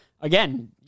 again